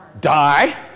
die